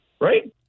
right